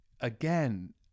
again